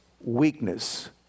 weakness